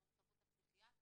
המורכבות הפסיכיאטרית,